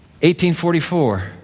1844